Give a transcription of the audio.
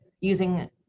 using